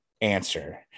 answer